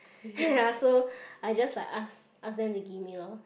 so I just like ask ask them to give me lor